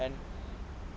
and